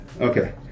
Okay